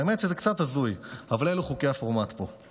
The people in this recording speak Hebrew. האמת היא שזה קצת הזוי, אבל אלו חוקי הפורמט פה.